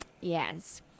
yes